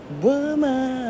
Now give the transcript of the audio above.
Woman